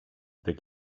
det